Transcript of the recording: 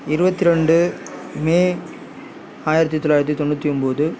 இருபத்தி ரெண்டு மே ஆயிரத்து தொள்ளாயிரத்து தொண்ணூற்றி ஒம்பது